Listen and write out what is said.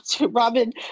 Robin